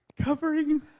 covering